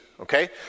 okay